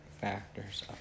factors